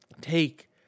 take